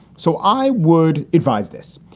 so i would advise this.